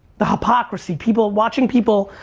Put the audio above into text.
the hypocrisy, people, watching people,